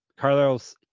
Carlos